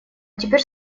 теперь